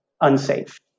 unsafe